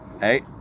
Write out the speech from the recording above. Hey